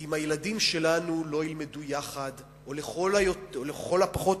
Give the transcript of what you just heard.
אם הילדים שלנו לא ילמדו יחד, או לכל הפחות